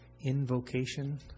invocation